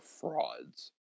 frauds